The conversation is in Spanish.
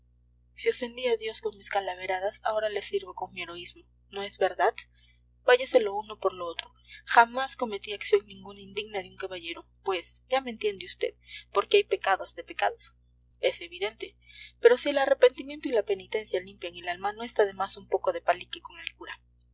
si ofendí a dios con mis calaveradas ahora le sirvo con mi heroísmo no es verdad váyase lo uno por lo otro jamás cometí acción ninguna indigna de un caballero pues ya me entiende vd porque hay pecados de pecados es evidente pero si el arrepentimiento y la penitencia limpian el alma no está de más un poco de palique con el cura